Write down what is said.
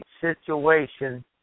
situation